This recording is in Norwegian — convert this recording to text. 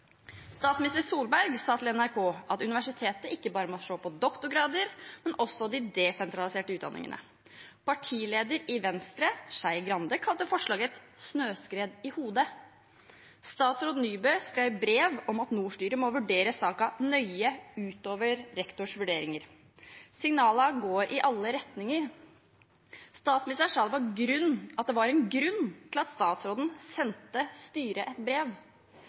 Statsminister Solberg sa til NRK at universitetene ikke bare må se på doktorgrader, men også på de desentraliserte utdanningene. Partilederen i Venstre, Skei Grande, kalte forslaget «et snøskred ned i hodet». Statsråd Nybø skrev brev om at Nord-styret må vurdere saken nøye, utover rektors vurderinger. Signalene går i alle retninger. Statsministeren sa at det var en grunn til at statsråden sendte styret et brev.